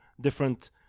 different